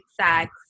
sex